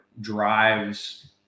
drives –